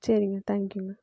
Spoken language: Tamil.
சரிங்க தேங்க்யூங்க